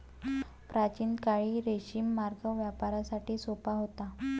प्राचीन काळी रेशीम मार्ग व्यापारासाठी सोपा होता